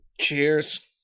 Cheers